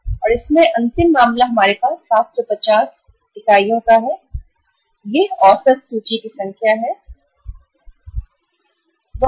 और इसमें अंतिम मामला हमारे पास 750 है यह उन इकाइयों की औसत सूची की संख्या है जो वहां हैं सूची